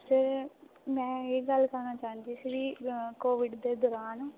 ਅਤੇ ਮੈਂ ਇਹ ਗੱਲ ਕਹਿਣਾ ਚਾਹੁੰਦੀ ਸੀ ਵੀ ਕੋਵਿਡ ਦੇ ਦੌਰਾਨ